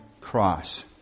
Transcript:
cross